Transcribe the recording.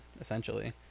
essentially